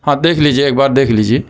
ہاں دیکھ لیجیے ایک بار دیکھ لیجیے